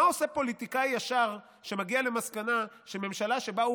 מה עושה פוליטיקאי ישר שמגיע למסקנה שממשלה שבה הוא